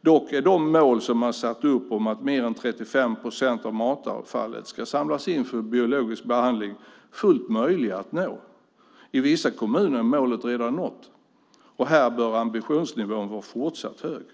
Dock är det mål som man satt upp om att mer än 35 procent av matavfallet ska samlas in för biologisk behandling fullt möjligt att nå - i vissa kommuner är målet redan uppnått - och här bör ambitionsnivån vara fortsatt hög.